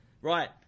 Right